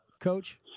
Coach